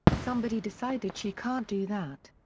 somebody decided she can't do that.